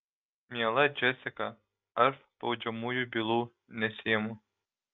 miela džesika aš baudžiamųjų bylų nesiimu